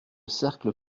cercle